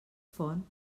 font